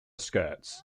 skirts